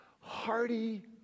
hearty